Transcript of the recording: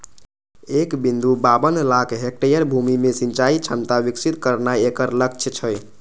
एक बिंदु बाबन लाख हेक्टेयर भूमि मे सिंचाइ क्षमता विकसित करनाय एकर लक्ष्य छै